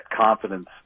confidence